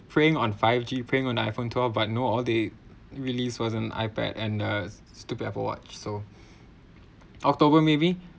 praying on five G praying on Iphone twelve but know all they release was an Ipad and a stupid Apple watch so october maybe